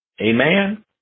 Amen